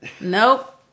Nope